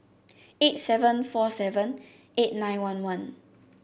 eight seven four seven eight nine one one